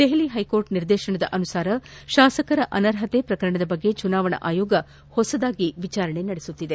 Delhi high court ನಿರ್ದೇಶನದ ಅನುಸಾರ ಶಾಸಕರ ಅನರ್ಹತೆ ಪ್ರಕರಣದ ಬಗ್ಗೆ ಚುನಾವಣಾ ಆಯೋಗ ಹೊಸದಾಗಿ ವಿಚಾರಣೆ ನಡೆಸುತ್ತಿದೆ